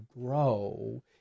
grow